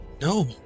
No